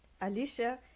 Alicia